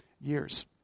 years